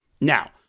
Now